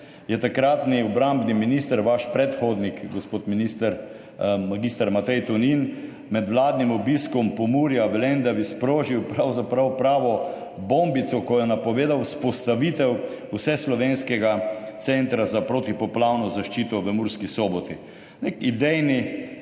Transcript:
je takratni obrambni minister, vaš predhodnik, gospod minister mag. Matej Tonin med vladnim obiskom Pomurja v Lendavi sprožil pravzaprav pravo bombico, ko je napovedal vzpostavitev vseslovenskega centra za protipoplavno zaščito v Murski Soboti. Nek idejni